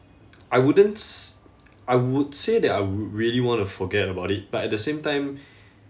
I wouldn't s~ I would say that I would really want to forget about it but at the same time